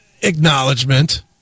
acknowledgement